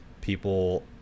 People